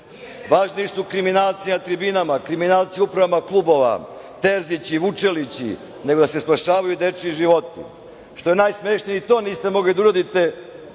decu. Važni su kriminalci na tribinama, kriminalci u upravama klubova, Terzić i Vučelić, nego da se spašavaju dečiji životi. Što je najsmešnije i to niste mogli da uradite,